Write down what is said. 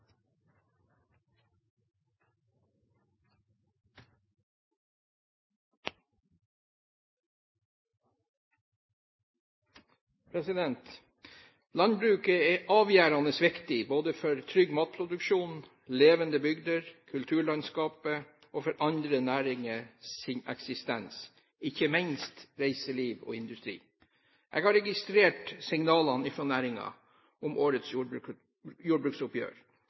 organisasjoner? Landbruket er avgjørende viktig både for trygg matproduksjon, levende bygder, kulturlandskapet og for andre næringers eksistens, ikke minst reiseliv og industri. Jeg har registrert signalene fra næringen om årets jordbruksoppgjør,